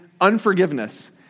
unforgiveness